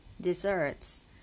Desserts